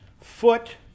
foot